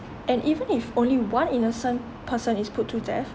and even if only one innocent person is put to death